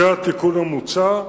זה התיקון המוצע,